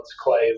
clay